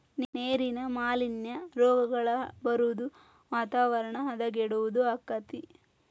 ನೇರಿನ ಮಾಲಿನ್ಯಾ, ರೋಗಗಳ ಬರುದು ವಾತಾವರಣ ಹದಗೆಡುದು ಅಕ್ಕತಿ